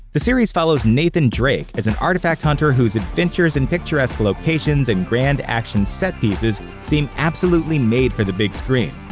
the series follows nathan drake as an artifact hunter whose adventures in picturesque locations and grand action set pieces seemed absolutely made for the big screen.